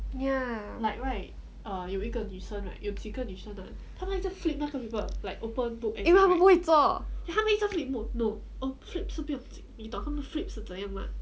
ya 因为不会做